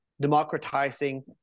democratizing